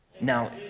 Now